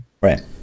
Right